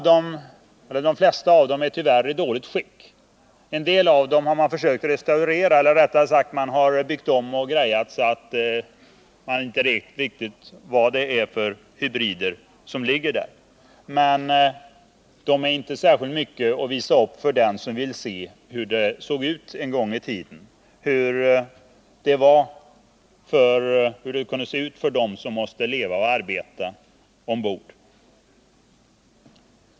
De flesta av dem är tyvärr i dåligt skick. En del av dem har man försökt restaurera och bygga om på ett sådant sätt att man inte riktigt vet vad det är för hybrider som ligger där. Det är inte särskilt mycket att visa upp för den som vill veta hur det såg ut en gång i tiden för människor som måste leva och arbeta ombord.